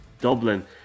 Dublin